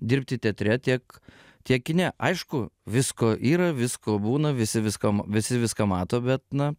dirbti teatre tiek tiek kine aišku visko yra visko būna visi viskam visi viską mato bet na